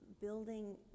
building